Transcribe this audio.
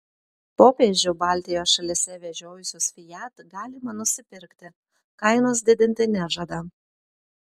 popiežių baltijos šalyse vežiojusius fiat galima nusipirkti kainos didinti nežada